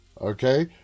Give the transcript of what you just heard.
okay